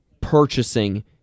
purchasing